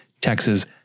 Texas